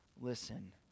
listen